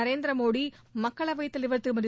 நரேந்திர மோடி மக்களவைத் தலைவர் திருமதி